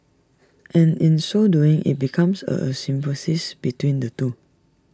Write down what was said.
and in so doing IT becomes A a symbiosis between the two